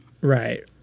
right